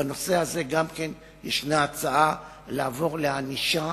בנושא הזה גם כן יש הצעה לעבור לענישה